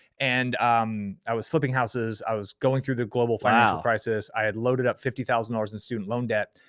and um i was flipping houses, i was going through the global financial crisis, i had loaded up fifty thousand dollars in student loan debt,